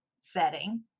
setting